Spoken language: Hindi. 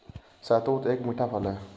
शहतूत एक मीठा फल है